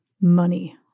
money